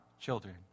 children